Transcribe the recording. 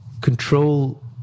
control